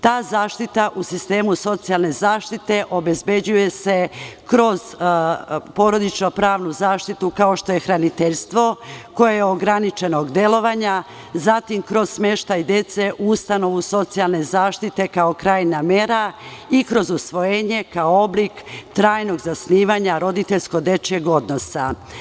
Ta zaštita u sistemu socijalne zaštite obezbeđuje se kroz porodično pravnu zaštitu kao što je hraniteljstvo, koje je ograničenog delovanja, zatim kroz smeštaj dece u ustanovu socijalne zaštite kao krajnja mera i kroz usvojenje kao oblik trajnog zasnivanja roditeljsko dečijeg odnosa.